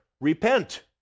repent